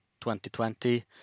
2020